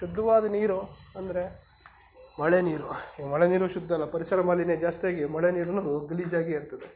ಶುದ್ಧವಾದ ನೀರು ಅಂದರೆ ಮಳೆ ನೀರು ಈಗ ಮಳೆ ನೀರು ಶುದ್ಧ ಇಲ್ಲ ಪರಿಸರ ಮಾಲಿನ್ಯ ಜಾಸ್ತಿಯಾಗಿ ಮಳೆ ನೀರು ಗಲೀಜಾಗಿ ಇರ್ತದೆ